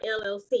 LLC